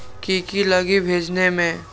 की की लगी भेजने में?